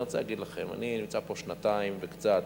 אני רוצה להגיד לכם: אני נמצא פה שנתיים וקצת,